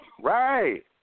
Right